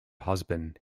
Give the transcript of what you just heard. husband